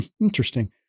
Interesting